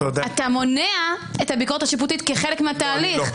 אתה מונע את הביקורת השיפוטית כחלק מהתהליך.